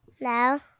No